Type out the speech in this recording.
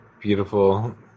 beautiful